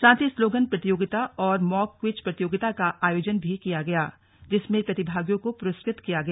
साथ ही स्लोगन प्रतियोगिता और मॉक क्विज प्रतियोगिता का आयोजन भी किया गया जिसमे प्रतिभागियों को पुरस्कृत किया गया